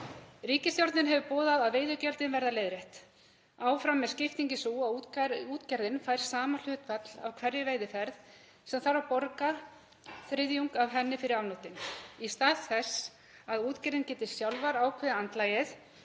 Ríkisstjórnin hefur boðað að veiðigjöldin verði leiðrétt. Áfram er skiptingin sú að útgerðin fær sama hlutfall af hverri veiðiferð sem þarf að borga þriðjung af henni fyrir afnotin. Í stað þess að útgerðir geti sjálfar ákveðið andlagið